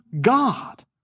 God